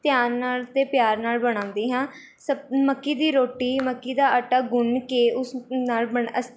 ਧਿਆਨ ਨਾਲ ਅਤੇ ਪਿਆਰ ਨਾਲ ਬਣਾਉਂਦੀ ਹਾਂ ਸ ਮੱਕੀ ਦੀ ਰੋਟੀ ਮੱਕੀ ਦਾ ਆਟਾ ਗੁੰਨ ਕੇ ਉਸਨੂੰ ਨਾਲ਼ ਬਣ ਅਸ